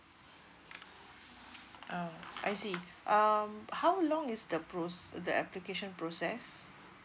uh I see okay um how long is the pro~ the application process